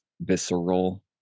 visceral